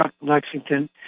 Lexington